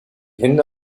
hände